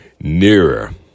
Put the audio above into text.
Nearer